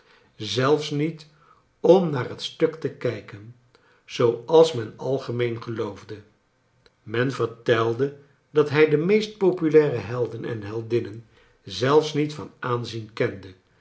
zelfs niet om naar het stuk te kijken zooals men algemeen geloofde men vertelde dat hij de meest populaire helden en heldinnen zelfs niet van aanzien kende